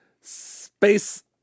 Space